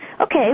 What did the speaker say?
Okay